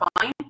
fine